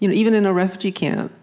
you know even in a refugee camp,